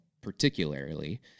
particularly